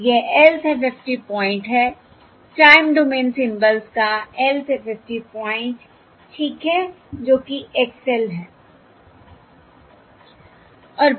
यह lth FFT point है time domain symbols का lth FFT पॉइंट ठीक है जो कि X l है